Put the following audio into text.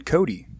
Cody